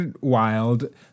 wild